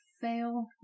fail